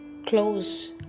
Close